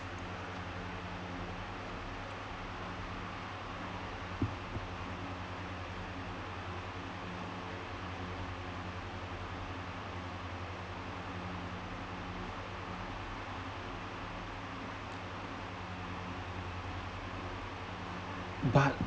but